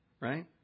Right